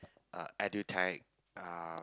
uh edutech uh